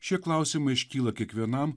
šie klausimai iškyla kiekvienam